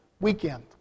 weekend